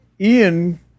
Ian